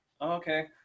okay